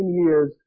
years